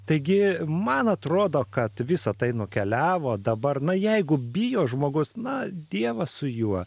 taigi man atrodo kad visa tai nukeliavo dabar na jeigu bijo žmogus na dievas su juo